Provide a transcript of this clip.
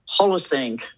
Holosync